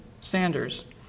Sanders